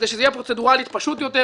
כדי שזה יהיה פרוצדוראלית פשוט יותר,